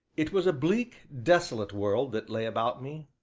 it was a bleak, desolate world that lay about me,